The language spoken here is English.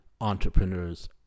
entrepreneurs